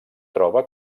troba